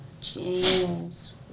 James